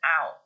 out